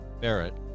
Barrett